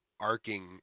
arcing